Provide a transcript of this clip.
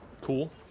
Cool